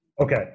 Okay